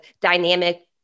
dynamic